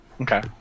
Okay